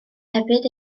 hefyd